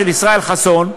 של ישראל חסון,